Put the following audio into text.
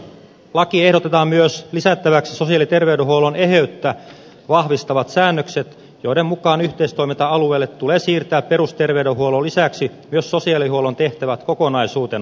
lakiin ehdotetaan myös lisättäväksi sosiaali ja terveydenhuollon eheyttä vahvistavat säännökset joiden mukaan yhteistoiminta alueelle tulee siirtää perusterveydenhuollon lisäksi myös sosiaalihuollon tehtävät kokonaisuutena